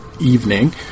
evening